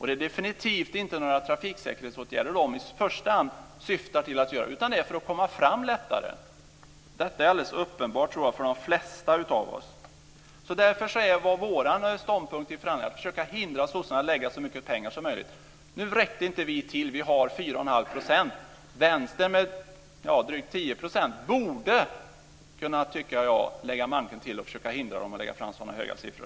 Det är definitivt inte några trafiksäkerhetsåtgärder som man i första hand syftar till att vidta, utan det handlar om att lättare komma fram. Detta tror jag är alldeles uppenbart för de flesta av oss. Därför var vår ståndpunkt i förhandlingarna att försöka hindra sossarna att avsätta så mycket pengar som möjligt. Vi räckte inte till, med våra 4,5 %. Vänstern med drygt 10 % borde, tycker jag, kunna lägga manken till och försöka hindra sossarna att lägga fram så höga siffror.